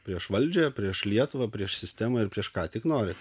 prieš valdžią prieš lietuvą prieš sistemą ir prieš ką tik nori